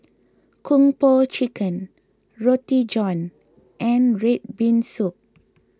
Kung Po Chicken Roti John and Red Bean Soup